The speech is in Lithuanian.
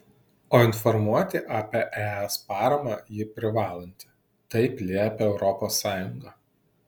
o informuoti apie es paramą ji privalanti taip liepia europos sąjunga